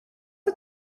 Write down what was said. att